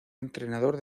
entrenador